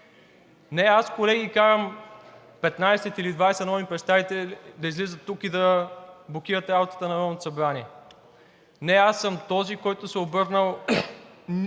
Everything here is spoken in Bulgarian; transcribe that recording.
Не аз, колеги, карам 15 или 20 народни представители да излизат тук и да блокират работата на Народното събрание. Не аз съм този, който се е обърнал